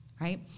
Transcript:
right